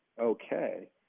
okay